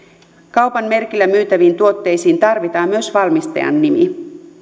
kaupan merkillä myytäviin tuotteisiin tarvitaan myös valmistajan nimi